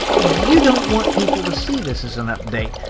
you don't want people to see this as an update.